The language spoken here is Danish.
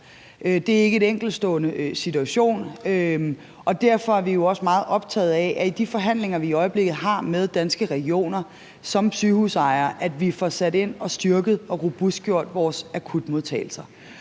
Det er ikke en enkeltstående situation, og derfor er vi også meget optaget af i de forhandlinger, vi i øjeblikket har med Danske Regioner som sygehusejere, at vi får sat ind og styrket og robustgjort vores akutmodtagelser.